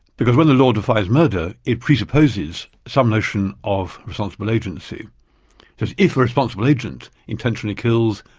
because when the law defines murder, it presupposes some notion of responsible agency. because if a responsible agent intentionally kills,